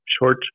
short